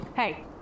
Hey